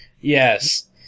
Yes